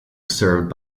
served